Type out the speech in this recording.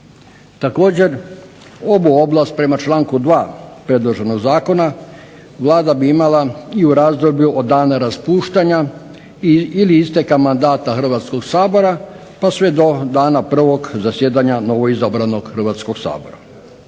Također ovu ovlast prema članku 2. Predloženog Zakona Vlada bi imala i u razdoblju od dana raspuštanja ili isteka mandata Hrvatskog sabora pa sve do dana prvog zasjedanja novoizabranog Hrvatskog sabora.